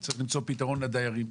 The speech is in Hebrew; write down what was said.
וצריך למצוא פתרון לדיירים.